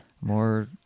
More